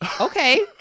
Okay